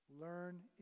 Learn